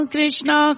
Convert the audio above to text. Krishna